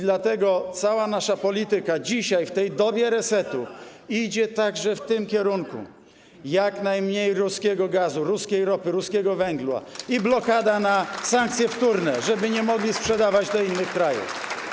Dlatego cała nasza polityka dzisiaj, w tej dobie resetu idzie także w tym kierunku: jak najmniej ruskiego gazu, ruskiej ropy, ruskiego węgla i blokada na sankcje wtórne, żeby nie mogli sprzedawać do innych krajów.